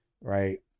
right